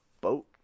boat